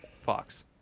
Fox